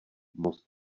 most